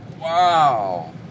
Wow